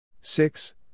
Six